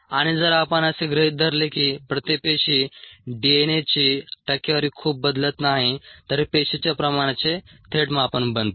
आणि जर आपण असे गृहीत धरले की प्रति पेशी डीएनएची टक्केवारी खूप बदलत नाही तर हे पेशीच्या प्रमाणाचे थेट मापन बनते